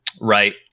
right